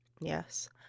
yes